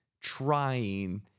trying